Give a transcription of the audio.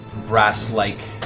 brass-like